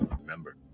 Remember